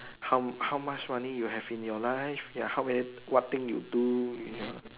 how how much money you have in your life ya how many what thing you do